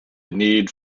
need